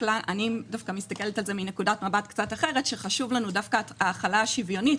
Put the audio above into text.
אני מסתכלת על זה מנקודת מבט קצת אחרת שחשובה לנו ההחלה השוויונית